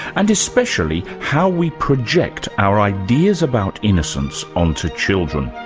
and especially how we project our ideas about innocence onto children.